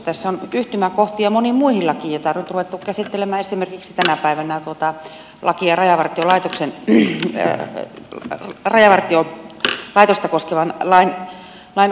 tässä on yhtymäkohtia moniin muihin lakeihin joita on nyt ruvettu käsittelemään esimerkiksi tänä päivänä käsiteltyyn rajavartiolaitosta koskevan lain uudistukseen